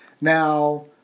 Now